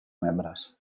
membres